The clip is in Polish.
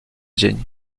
dzień